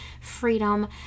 freedom